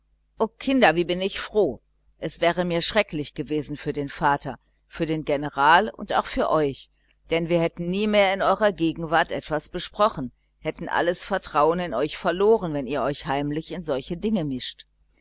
o kinder wie bin ich so froh es wäre mir schrecklich gewesen für den vater für den general und auch für euch denn wir hätten nie mehr etwas in eurer gegenwart besprochen hätten alles vertrauen in euch verloren wenn ihr euch heimlich in solche dinge mischt